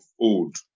old